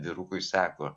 vyrukui sako